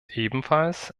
ebenfalls